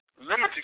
Limited